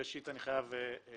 ראשית, אני חייב לציין